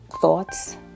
thoughts